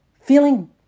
feeling